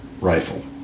rifle